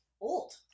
Old